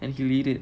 and he'll eat it